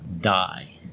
die